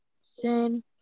Sin